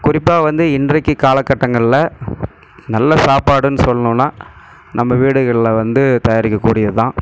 குறிப்பாக வந்து இன்றைக்கு காலகட்டங்களில் நல்ல சாப்பாடுனு சொல்லணுன்னா நம்ம வீடுகளில் வந்து தயாரிக்க கூடியது தான்